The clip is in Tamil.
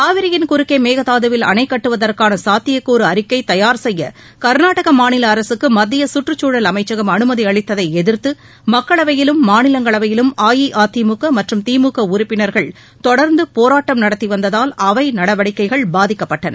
காவிரியின் குறுக்கே மேகதாதுவில் அணை கட்டுவதற்கான சாத்தியக்கூறு அறிக்கை தயார் செய்ய கர்நாடக மாநில அரசுக்கு மத்திய கற்றுச்சூழல் அமைச்சகம் அனுமதி அளித்ததை எதிர்த்து மக்களவையிலும் மாநிலங்களவையிலும் அஇஅதிமுக மற்றும் திமுக உறுப்பினர்கள் தொடர்ந்து போராட்டம் நடத்தி வந்ததால் அவை நடவடிக்கைகள் பாதிக்கப்பட்டன